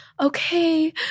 okay